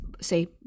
say